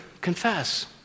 confess